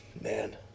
Man